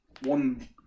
one